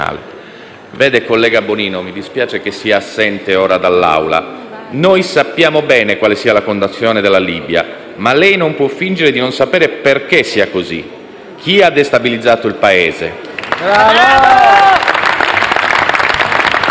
che la collega Bonino sia assente ora dall'Aula. Noi sappiamo bene quale sia la fondazione della Libia, ma lei non può fingere di non sapere perché è così e chi ha destabilizzato il Paese.